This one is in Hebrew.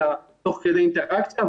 אלא תוך כדי אינטראקציה,